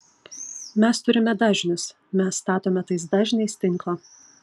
mes turime dažnius mes statome tais dažniais tinklą